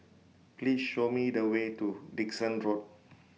Please Show Me The Way to Dickson Road